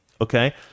okay